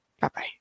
Bye-bye